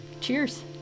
Cheers